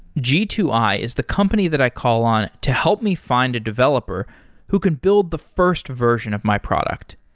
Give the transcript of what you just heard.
g two i is the company that i call on to help me find a developer who can build the first version of my product.